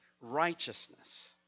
righteousness